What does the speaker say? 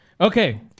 Okay